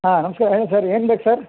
ಹಾಂ ನಮಸ್ಕಾರ ಹೇಳಿ ಸರ್ ಏನ್ಬೇಕು ಸರ್